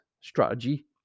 strategy